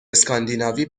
اسکاندیناوی